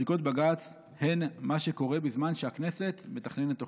פסיקות בג"ץ הן מה שקורה בזמן שהכנסת מתכננת תוכניות,